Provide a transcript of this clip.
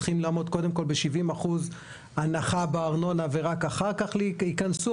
צריכים לעמוד קודם כל ב-70% הנחה בארנונה ורק אחר כך ייכנסו,